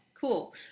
Cool